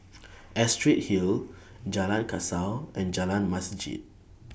Astrid Hill Jalan Kasau and Jalan Masjid